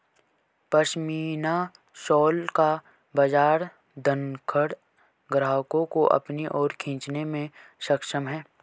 pashmina shawl का बाजार धनाढ्य ग्राहकों को अपनी ओर खींचने में सक्षम है